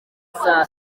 saa